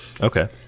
Okay